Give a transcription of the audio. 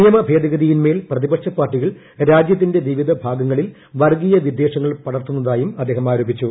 നിയമഭേദഗതിയിന്മേൽ പ്രതിപക്ഷപാർട്ടികൾ രാജ്യത്ത്യന്റെ വിവിധ ഭാഗങ്ങളിൽ വർഗ്ഗീയ വിദ്വേഷങ്ങൾ പടർത്തുന്നതായും അദ്ദേഹം ആരോപിച്ചു